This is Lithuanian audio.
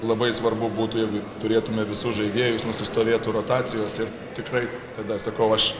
labai svarbu būtų jeigu turėtume visus žaidėjus nusistovėtų rotacijos ir tikrai tada sakau aš